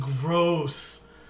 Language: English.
gross